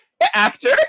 Actor